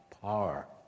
power